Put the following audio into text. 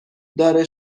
داره